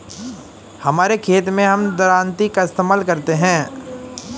हमारे खेत मैं हम दरांती का इस्तेमाल करते हैं